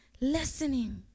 listening